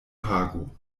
pago